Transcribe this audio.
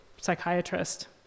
psychiatrist